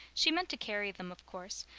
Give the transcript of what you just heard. she meant to carry them, of course,